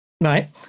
Right